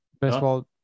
baseball